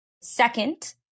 Second